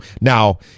now